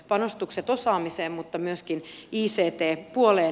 panostukset osaamiseen mutta myöskin ict puoleen